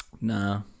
nah